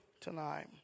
tonight